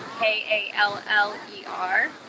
K-A-L-L-E-R